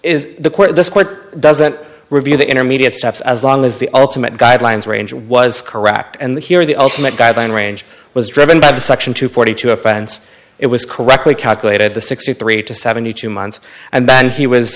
court doesn't review the intermediate steps as long as the ultimate guidelines range was correct and here the ultimate guideline range was driven by the section two forty two offense it was correctly calculated the sixty three to seventy two months and that he was